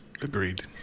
Agreed